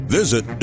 Visit